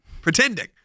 pretending